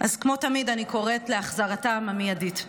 אז כמו תמיד אני קוראת להחזרתם המיידית.